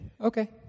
okay